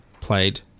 played